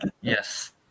Yes